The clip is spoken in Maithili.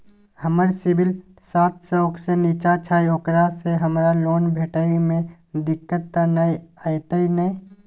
हमर सिबिल सात सौ से निचा छै ओकरा से हमरा लोन भेटय में दिक्कत त नय अयतै ने?